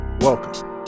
Welcome